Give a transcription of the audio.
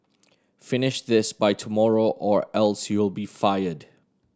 finish this by tomorrow or else you'll be fired